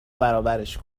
برابرش